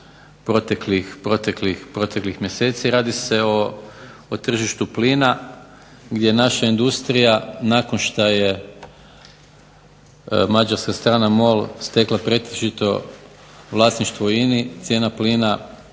proteklih mjeseci, radi se o tržištu plina gdje naša industrija nakon što je mađarska MOL stekla pretežito vlasništvo u INA-i cijena plina